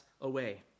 away